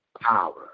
power